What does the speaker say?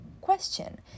question